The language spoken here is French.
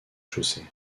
chaussées